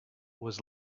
was